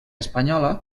espanyola